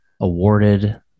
awarded